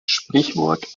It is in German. sprichwort